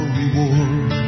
reward